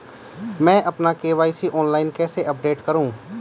मैं अपना KYC online कैसे अपडेट करूँ?